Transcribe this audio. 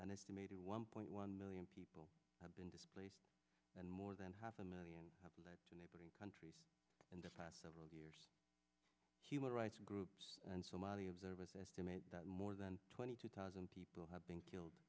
an estimated one point one million people have been displaced and more than half a million to neighboring countries in the past several years human rights groups and somebody observers estimate that more than twenty two thousand people have been killed